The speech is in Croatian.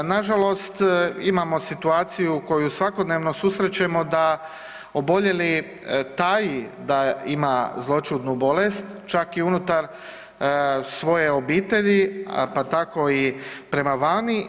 Na žalost imamo situaciju koju svakodnevno susrećemo da oboljeli taji da ima zloćudnu bolest čak i unutar svoje obitelji, pa tako i prema vani.